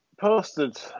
Posted